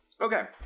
Okay